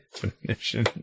definition